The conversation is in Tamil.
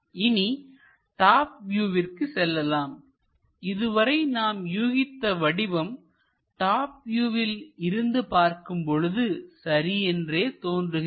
இனி டாப் வியூவிற்கு செல்லலாம்இதுவரை நாம் யூகித்த வடிவம் டாப் வியூவில் இருந்து பார்க்கும் பொழுது சரி என்றே தோன்றுகிறது